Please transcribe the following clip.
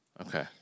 Okay